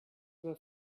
were